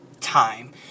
time